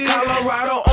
Colorado